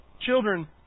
Children